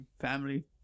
family